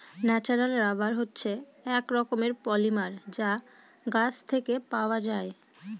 natural rubber হচ্ছে এক রকমের পলিমার যা গাছ থেকে পাওয়া যায়